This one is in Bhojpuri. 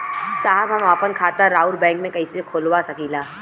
साहब हम आपन खाता राउर बैंक में कैसे खोलवा सकीला?